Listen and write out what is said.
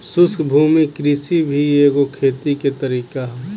शुष्क भूमि कृषि भी एगो खेती के तरीका ह